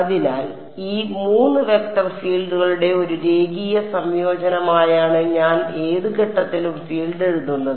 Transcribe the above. അതിനാൽ ഈ 3 വെക്റ്റർ ഫീൽഡുകളുടെ ഒരു രേഖീയ സംയോജനമായാണ് ഞാൻ ഏത് ഘട്ടത്തിലും ഫീൽഡ് എഴുതുന്നത്